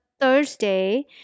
Thursday